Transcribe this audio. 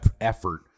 effort